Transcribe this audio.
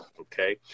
okay